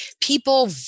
People